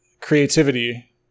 creativity